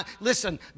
Listen